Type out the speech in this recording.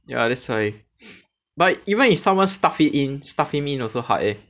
ya that's why but even if someone stuff it in stuff it in also hard eh